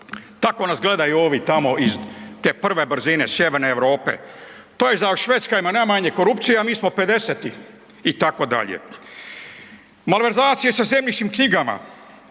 tako nas gledaju ovi tamo iz te prve brzine Sjeverne Europe. Švedska ima najmanje korupcije, a mi smo 50., itd. Malverzacije sa zemljišnim knjigama,